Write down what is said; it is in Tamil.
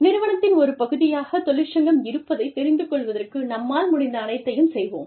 நிறுவனத்தின் ஒரு பகுதியாகத் தொழிற்சங்கம் இருப்பதை தெரிந்து கொள்வதற்கு நம்மால் முடிந்த அனைத்தையும் செய்வோம்